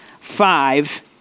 five